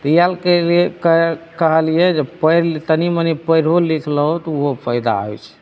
तऽ इएह लै कहय रहिए कहलिए जे पढ़ि लिख तनी मनी पढ़िओ लिख लहो तऽ ओहो फायदा होइत छै